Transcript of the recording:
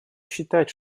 считать